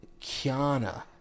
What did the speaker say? kiana